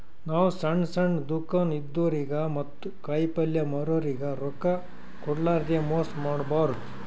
ನಾವ್ ಸಣ್ಣ್ ಸಣ್ಣ್ ದುಕಾನ್ ಇದ್ದೋರಿಗ ಮತ್ತ್ ಕಾಯಿಪಲ್ಯ ಮಾರೋರಿಗ್ ರೊಕ್ಕ ಕೋಡ್ಲಾರ್ದೆ ಮೋಸ್ ಮಾಡಬಾರ್ದ್